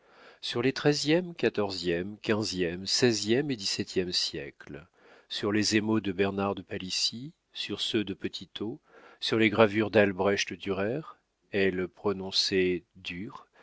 sur les treizième quatorzième quinzième seizième et dix-septième siècles sur les émaux de bernard de palissy sur ceux de petitot sur les gravures d'albrecht durer elle prononçait dur